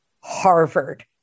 Harvard